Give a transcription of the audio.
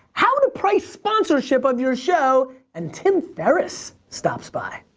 how to price sponsorship of your show and tim ferriss stops by.